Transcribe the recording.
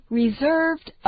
reserved